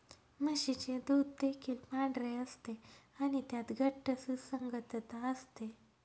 म्हशीचे दूध देखील पांढरे असते आणि त्यात घट्ट सुसंगतता असते